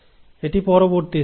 এটি পরবর্তী স্ট্র্যান্ড